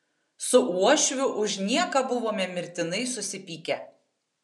su uošviu už nieką buvome mirtinai susipykę